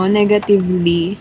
negatively